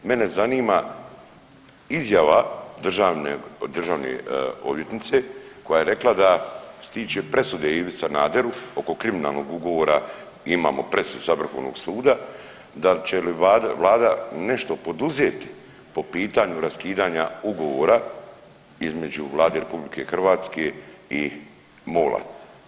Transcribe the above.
Mene zanima izjava državne odvjetnice koja je rekla da što se tiče presude Ivi Sanaderu oko kriminalnog ugovora imamo presudu sa Vrhovnog suda, da li će vlada nešto poduzeti po pitanju raskidanja ugovora između Vlade RH i MOL-a.